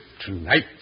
tonight